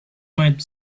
might